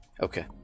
Okay